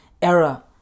Era